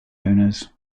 owners